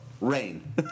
rain